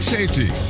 Safety